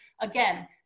again